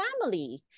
family